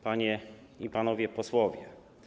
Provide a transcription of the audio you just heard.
Panie i Panowie Posłowie!